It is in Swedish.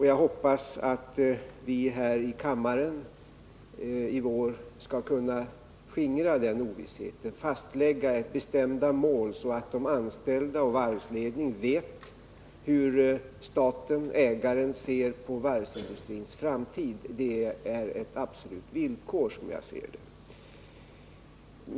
Jag hoppas att vi här i kammaren i vår skall kunna skingra den ovissheten, fastlägga bestämda mål, så att anställda och varvsledning vet hur staten/ägaren ser på varvsindustrins framtid. Det är ett absolut villkor, såsom jag ser det.